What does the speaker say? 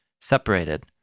separated